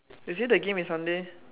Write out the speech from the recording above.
they say the game is Sunday